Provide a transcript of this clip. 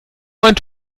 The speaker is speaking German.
meinen